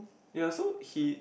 ya so he